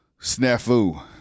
snafu